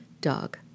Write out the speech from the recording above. Dog